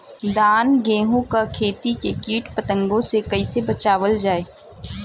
धान गेहूँक खेती के कीट पतंगों से कइसे बचावल जाए?